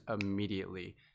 immediately